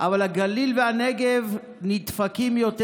אבל הגליל והנגב נדפקים יותר,